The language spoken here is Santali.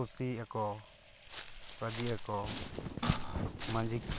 ᱠᱩᱥᱤ ᱟᱠᱚ ᱨᱟᱹᱡᱤ ᱟᱠᱚ ᱢᱟᱹᱡᱷᱤ